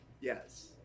Yes